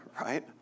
right